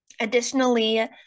Additionally